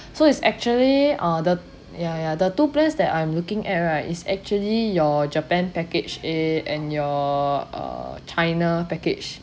so is actually uh the ya ya the two plans that I'm looking at right is actually your japan package A and your uh china package